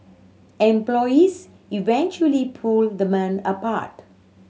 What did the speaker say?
employees eventually pulled the men apart